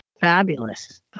fabulous